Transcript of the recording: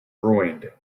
ruined